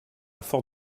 fort